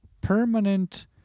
permanent